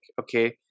Okay